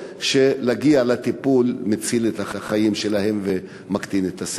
להגיע לטיפול שמציל את החיים שלהם ומקטין את הסבל.